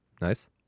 nice